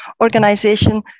organization